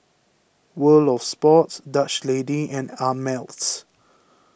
World of Sports Dutch Lady and Ameltz